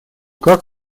как